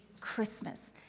Christmas